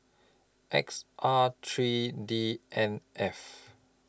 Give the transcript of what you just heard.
X R three D N F